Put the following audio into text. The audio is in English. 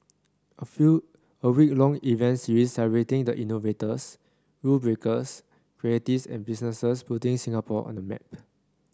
a few a week long event series celebrating the innovators rule breakers creatives and businesses putting Singapore on the map